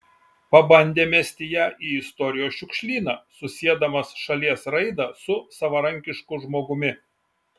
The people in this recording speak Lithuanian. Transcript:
pabandė mesti ją į istorijos šiukšlyną susiedamas šalies raidą su savarankišku žmogumi